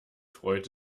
freut